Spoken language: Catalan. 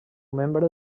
membre